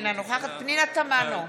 אינה נוכחת פנינה תמנו,